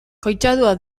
koitadua